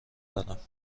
دارم